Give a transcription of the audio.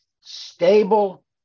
stable